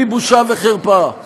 היא בושה וחרפה.